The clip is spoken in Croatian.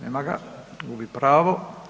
Nema ga, gubi pravo.